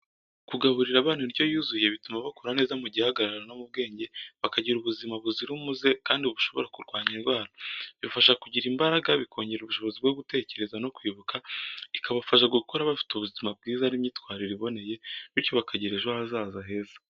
Kugaburira abana indyo yuzuye bituma bakura neza mu gihagararo no mu bwenge, bakagira ubuzima buzira umuze kandi bushobora kurwanya indwara. Bibafasha kugira imbaraga, bikongera ubushobozi bwo gutekereza no kwibuka, ikabafasha gukura bafite ubuzima bwiza n’imyitwarire iboneye, bityo bakagira ejo hazaza heza.